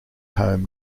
home